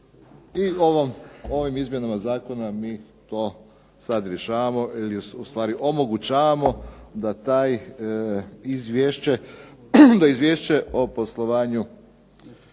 i ovim izmjenama Zakona to sada rješavamo, ustvari omogućavamo da izvješće o poslovanju